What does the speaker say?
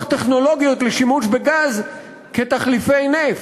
טכנולוגיות לשימוש בגז כתחליפי נפט.